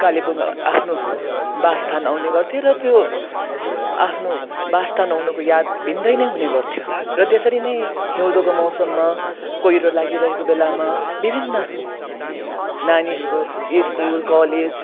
कालिम्पोङ आफ्नो वासस्थान आउने गर्थेँ र त्यो आफ्नो वास्स्थान आउनुको याद भिन्दै हुने गऱ्थ्यो र त्यसरी नै हिउँदको मौसममा कुहिरो लागिरहेको बेलामा विभिन्न नानीहरूको स्कुल कलेज